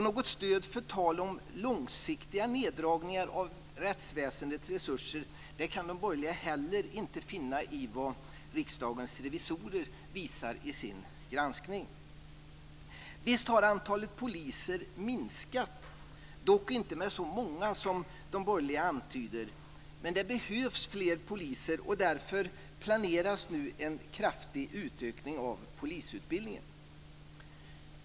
Något stöd för talet om långsiktiga neddragningar av rättsväsendets resurser kan de borgerliga heller inte finna i vad Riksdagens revisorer visar i sin granskning. Visst har antalet poliser minskat, dock inte med så många som de borgerliga antyder. Men det behövs fler poliser, och därför planeras nu en kraftig utökning av polisutbildningen.